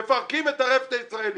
מפרקים את הרפת הישראלית,